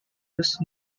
used